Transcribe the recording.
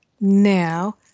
Now